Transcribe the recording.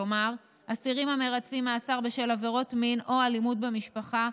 כלומר אסירים המרצים מאסר בשל עבירות מין או אלימות במשפחה,